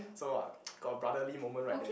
so ah got brotherly moment right there